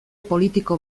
politiko